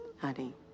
Honey